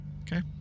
Okay